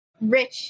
rich